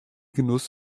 genuss